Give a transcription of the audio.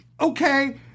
Okay